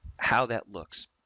how that looks.